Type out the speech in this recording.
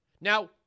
Now